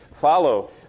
follow